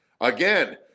again